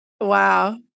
Wow